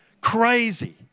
crazy